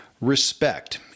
respect